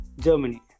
Germany